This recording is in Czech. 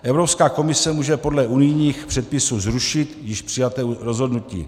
Evropská komise může podle unijních předpisů zrušit již přijaté rozhodnutí.